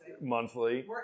Monthly